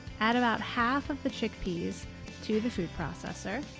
add about half of the chickpeas to the food processor.